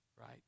Right